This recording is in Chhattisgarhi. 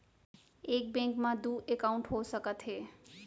एक बैंक में दू एकाउंट हो सकत हे?